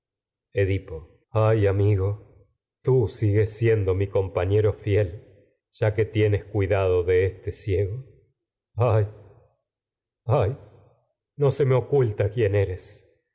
des ay amigo tú sigues siendo mi compañero este fiel ya que tienes cuidado de me ciego ay ay no ciego se oculta tu quién eres